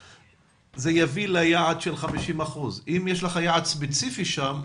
זה יביא ליעד של 50%. אם יש לך יעד ספציפי שם,